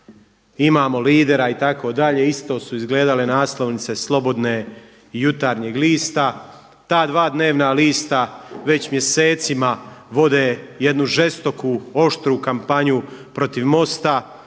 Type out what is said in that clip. imamo lidera itd., isto su izgledale naslovnice Slobodne i Jutarnjeg lista. Ta dva dnevna lista već mjesecima vode jednu žestoku, oštru kampanju protiv MOST-a,